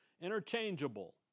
Interchangeable